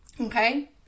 okay